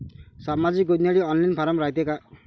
सामाजिक योजनेसाठी online form रायते का?